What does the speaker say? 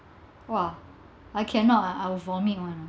!wah! I cannot ah I will vomit [one] ah